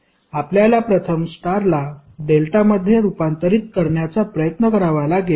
आपल्याला प्रथम स्टारला डेल्टामध्ये रूपांतरित करण्याचा प्रयत्न करावा लागेल